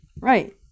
Right